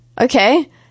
Okay